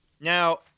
Now